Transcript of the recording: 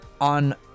on